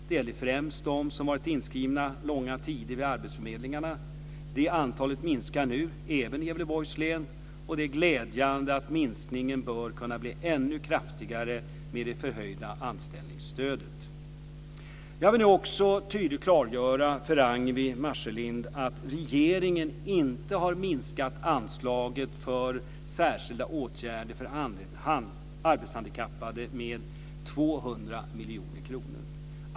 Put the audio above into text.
Det gäller främst de som varit inskrivna långa tider vid arbetsförmedlingarna. Det antalet minskar nu, även i Gävleborgs län. Det är glädjande, och minskningen bör kunna bli ännu kraftigare med det förhöjda anställningsstödet. Jag vill nu också tydligt klargöra för Ragnwi Marcelind att regeringen inte har minskat anslaget för särskilda åtgärder för arbetshandikappade med 200 miljoner kronor.